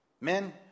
men